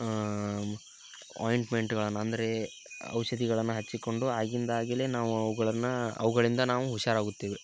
ಆಯಿಂಟ್ಮೆಂಟ್ಗಳನ್ನು ಅಂದರೆ ಔಷಧಿಗಳನ್ನ ಹಚ್ಚಿಕೊಂಡು ಆಗಿಂದಾಗಲೆ ನಾವು ಅವುಗಳನ್ನು ಅವುಗಳಿಂದ ನಾವು ಹುಷಾರಾಗುತ್ತೇವೆ